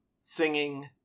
singing